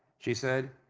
she said,